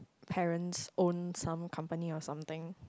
parents own some company or something